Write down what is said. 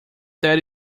that